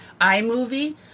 iMovie